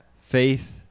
faith